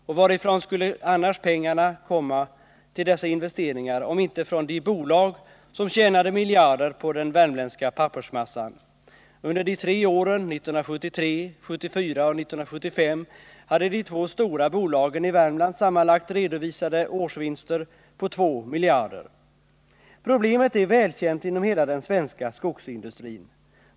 Och varifrån skulle annars pengarna till dessa investeringar komma om inte från de bolag som tjänade miljarder på den värmländska pappersmassan. Under de tre åren 1973, 1974 och 1975 hade de två stora bolagen i Värmland sammanlagt redovisade årsvinster på 2 miljarder. Problemet är välkänt inom hela den svenska skogsindustrin.